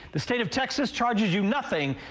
the state of texas charges you nothing,